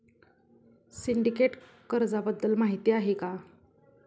Syndicate कर्जाबद्दल माहिती आहे का?